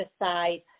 decide